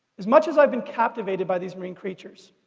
as much as i've been captivated by these marine creatures,